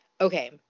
Okay